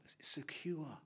secure